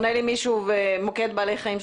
האם עונים לי: מוקד בעלי חיים,